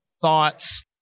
thoughts